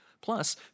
Plus